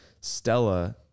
Stella-